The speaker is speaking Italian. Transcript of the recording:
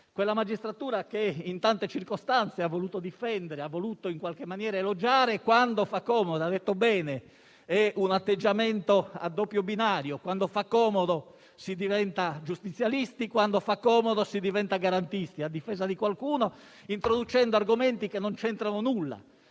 Quella magistratura che in tante circostanze ha voluto difendere, ha voluto in qualche maniera elogiare, quando fa comodo come è stato ben detto. È un atteggiamento a doppio binario: quando fa comodo, si diventa giustizialisti; quando fa comodo, si diventa garantisti a difesa di qualcuno, introducendo argomenti che non c'entrano nulla.